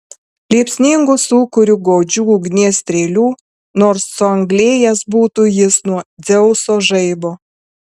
liepsningu sūkuriu godžių ugnies strėlių nors suanglėjęs būtų jis nuo dzeuso žaibo